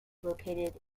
located